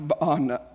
on